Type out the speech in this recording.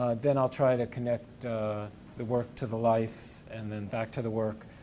then i'll try to connect the work to the life and then back to the work.